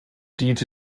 diente